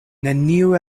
neniu